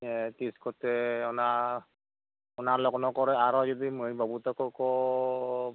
ᱛᱤᱥ ᱠᱚᱛᱮ ᱚᱱᱟ ᱞᱚᱜᱱᱚ ᱠᱚᱨᱮ ᱟᱨᱚ ᱡᱚᱫᱤ ᱢᱟᱹᱭ ᱵᱟᱹᱵᱩ ᱛᱟᱠᱚ